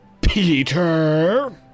Peter